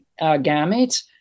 gametes